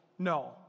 No